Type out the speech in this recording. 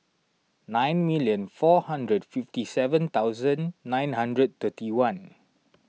nine million four hundred fifty seven thousand nine hundred thirty one